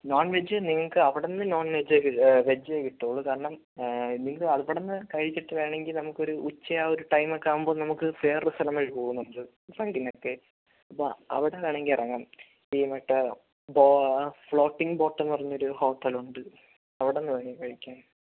non veg നിങ്ങൾക്ക് അവിടുന്ന് non വെജെ കി വെജെ കിട്ടുള്ളു കാരണം നിങ്ങളുടെ അവിടുന്ന് കഴിച്ചിട്ട് വേണമെങ്കിൽ നമുക്ക് ഒരു ഉച്ച ആ ഒരു ടൈം ഒക്കെ ആകുമ്പോൾ നമുക്ക് വേറൊരു സ്ഥലം വഴി പോകുന്നുണ്ട് റൈഡിനൊക്കെ അപ്പോൾ അവിടെ വേണമെങ്കിൽ ഇറങ്ങാൻ പറ്റും ടീമായിട്ട് ഫ്ലോ ഫ്ലോട്ടിങ് ബോട്ട് എന്ന് പറഞ്ഞൊരു ഹോ സ്ഥലമുണ്ട് അവിടുന്ന് വാങ്ങി കഴിക്കാം